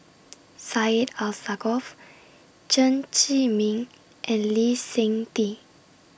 Syed Alsagoff Chen Zhiming and Lee Seng Tee